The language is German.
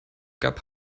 gab